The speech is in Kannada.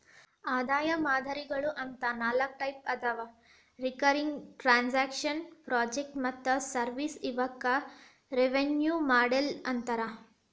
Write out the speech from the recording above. ಆದಾಯ ಮಾದರಿಗಳು ಅಂತ ನಾಕ್ ಟೈಪ್ ಅದಾವ ರಿಕರಿಂಗ್ ಟ್ರಾಂಜೆಕ್ಷನ್ ಪ್ರಾಜೆಕ್ಟ್ ಮತ್ತ ಸರ್ವಿಸ್ ಇವಕ್ಕ ರೆವೆನ್ಯೂ ಮಾಡೆಲ್ ಅಂತಾರ